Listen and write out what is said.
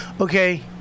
Okay